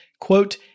quote